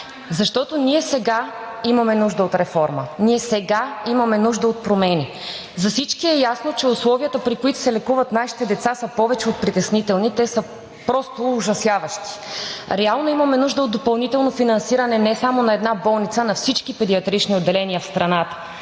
защото ние сега имаме нужда от реформа, ние сега имаме нужда от промени. За всички е ясно, че условията, при които се лекуват нашите деца, са повече от притеснителни, те са просто ужасяващи. Реално имаме нужда от допълнително финансиране не само на една болница, а на всички педиатрични отделения в страната,